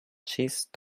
cheese